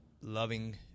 loving